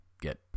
get